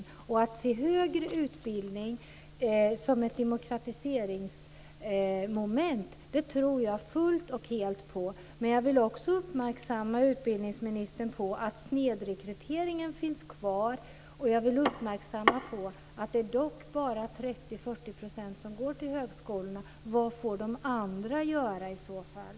Jag tror helt och fullt på att se högre utbildning som ett demokratiseringsmoment, men jag vill också uppmärksamma utbildningsministern på att snedrekryteringen finns kvar och att det dock bara är 30-40 % som går vidare till högskolorna. Vad får de andra göra i så fall?